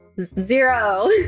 Zero